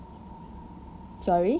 sorry